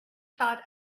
thought